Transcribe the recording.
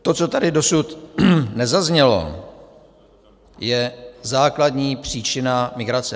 To, co tady dosud nezaznělo, je základní příčina migrace.